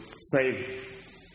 save